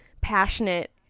passionate